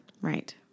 Right